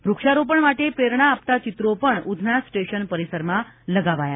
વૃક્ષારોપણ માટે પ્રેરણ આપતા ચિત્રો પણ ઉધના સ્ટેશન પરિસરમાં લગાવાયા છે